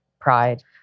pride